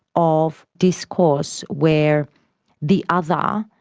of discourse where the other,